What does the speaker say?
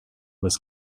was